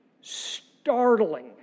startling